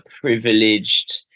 privileged